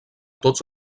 tots